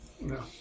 No